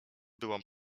byłam